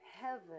heaven